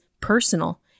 personal